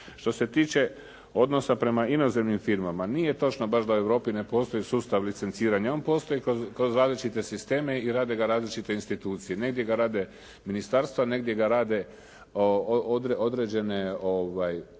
Što se tiče odnosa prema inozemnim firmama, nije točno baš da u Europi ne postoji sustav licenciranja. On postoji kroz različite sisteme i rade ga različite institucije. Negdje ga rade ministarstva, negdje ga rade određene udruge